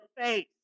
face